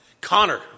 Connor